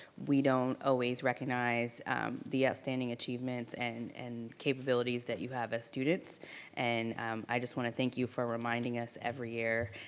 we don't always recognize the outstanding achievements and and capabilities that you have as students and i just wanna thank you for reminding us every year.